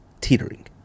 teetering